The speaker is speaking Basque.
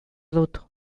dut